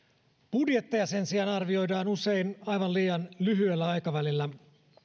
budjetteja sen sijaan arvioidaan usein aivan liian lyhyellä aikavälillä